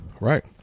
Right